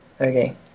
Okay